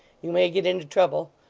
you may get into trouble.